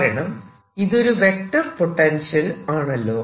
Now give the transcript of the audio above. കാരണം ഇതൊരു vector potential ആണല്ലോ